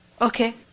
Okay